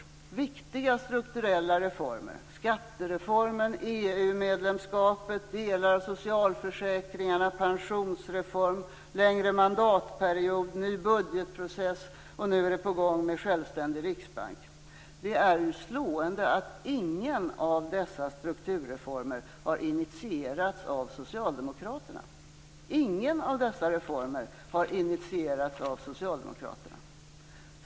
Det handlar om viktiga strukturella reformer: skattereformen, EU medlemskapet, delar av socialförsäkringarna, pensionsreformen, längre mandatperiod och ny budgetprocess. Nu är det också på gång med självständig riksbank. Det är slående att ingen av dessa strukturreformer har initierats av Socialdemokraterna. Ingen av dessa reformer har initierats av Socialdemokraterna.